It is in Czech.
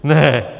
Ne!